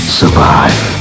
survive